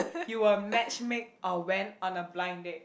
you will matchmake or when on a blind date